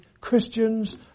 Christians